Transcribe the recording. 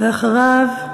ואחריו,